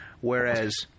Whereas